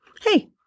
hey